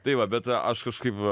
tai va bet aš kažkaip